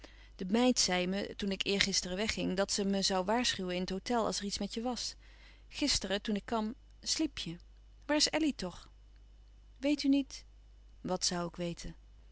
de meid zei me toen ik eergisteren wegging dat ze me zoû waarschuwen in het hôtel als er iets met je was gisteren toen ik kwam sliep je waar is elly toch weet u niet wat zoû ik weten